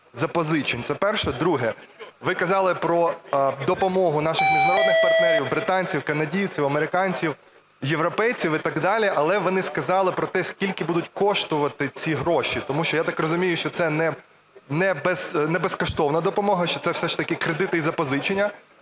запозичень? Це перше. Друге. Ви казали про допомогу наших міжнародних партнерів: британців, канадійців, американців, європейців і так далі. Але ви не сказали про те, скільки будуть коштувати ці гроші, тому що, я так розумію, що це не безкоштовна допомога, що це все ж таки кредити і запозичення.